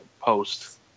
post